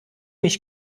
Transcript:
mich